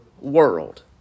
world